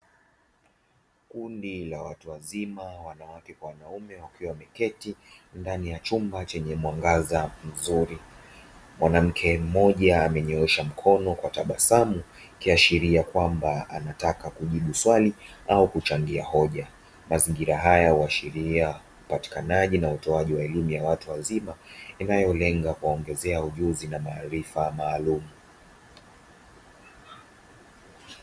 Kundi la watu wazima wanawake kwa wanaume wakiwa wameketi ndani ya chumba chenye mwangaza mzuri. Mwanamke mmoja amenyoosha mkono kwa tabasamu, ikiashiria kwamba anataka kujibu swali au kuchangia hoja. Mazingira haya huashiria upatikanaji wa elimu ya watu wazima inayolenga kuwaongezea ujuzi na maarifa maalumu.